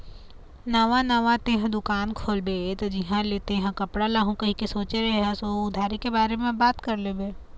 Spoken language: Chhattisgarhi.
नवा नवा तेंहा दुकान खोलबे त जिहाँ ले तेंहा कपड़ा लाहू कहिके सोचें हस उधारी के बारे म बात कर लेबे